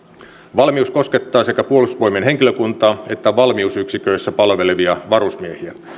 valmius koskettaa sekä puolustusvoimien henkilökuntaa että valmiusyksiköissä palvelevia varusmiehiä